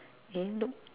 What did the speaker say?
eh look